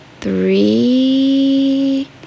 three